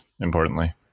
importantly